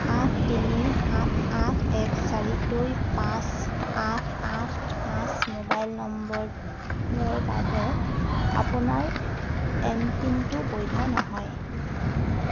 আঠ তিনি সাত আঠ এক চাৰি দুই পাঁচ আঠ আঠ পাঁচ মোবাইল নম্বৰৰ বাবে আপোনাৰ এম পিনটো বৈধ নহয়